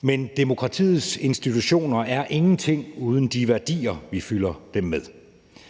men demokratiets institutioner er ingenting uden de værdier, vi fylder dem med.